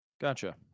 Gotcha